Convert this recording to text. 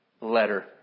letter